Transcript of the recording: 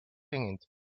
hängend